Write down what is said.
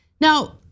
Now